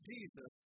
Jesus